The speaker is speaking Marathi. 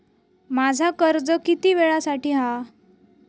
माझा कर्ज किती वेळासाठी हा?